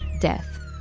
death